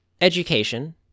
education